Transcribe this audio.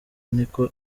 niko